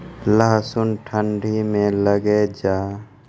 लहसुन ठंडी मे लगे जा?